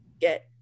get